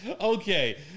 Okay